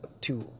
two